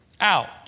out